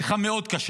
שיחה מאוד קשה.